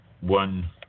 one